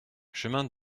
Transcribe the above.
chemin